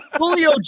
julio